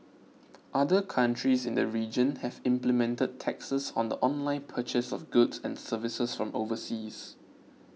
other countries in the region have implemented taxes on the online purchase of goods and services from overseas